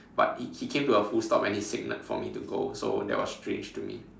but he he came to a full stop and he signalled for me to go so that was strange to me